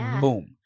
Boom